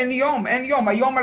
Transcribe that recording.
אין יום היום,